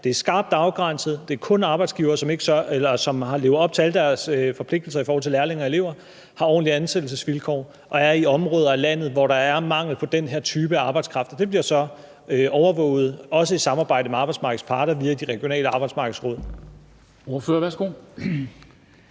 Det er skarpt afgrænset, det er kun for arbejdsgivere, som lever op til alle deres forpligtelser over for lærlinge og elever, har ordentlige ansættelsesvilkår og er i områder af landet, hvor der er mangel på den her type arbejdskraft. Det bliver så også overvåget i samarbejde med arbejdsmarkedets parter via de regionale arbejdsmarkedsråd.